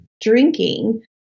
drinking